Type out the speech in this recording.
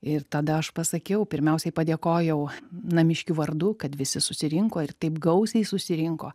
ir tada aš pasakiau pirmiausiai padėkojau namiškių vardu kad visi susirinko ir taip gausiai susirinko